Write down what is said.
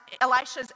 Elisha's